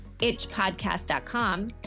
itchpodcast.com